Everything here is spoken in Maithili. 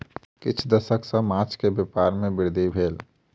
किछ दशक सॅ माँछक व्यापार में वृद्धि भेल